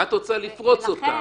ואת רוצה לפרוץ אותה.